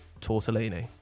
Tortellini